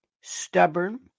stubborn